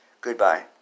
Goodbye